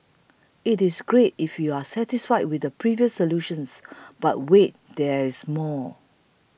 it is great if you're satisfied with the previous solutions but wait there's more